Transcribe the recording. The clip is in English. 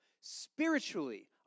spiritually